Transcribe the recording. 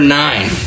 nine